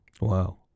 Wow